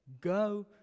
Go